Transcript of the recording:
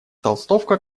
толстовка